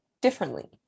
differently